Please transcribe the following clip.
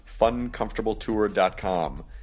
FunComfortableTour.com